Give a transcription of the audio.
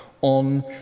on